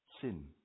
sin